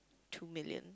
two million